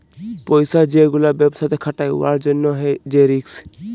পইসা যে গুলা ব্যবসাতে খাটায় উয়ার জ্যনহে যে রিস্ক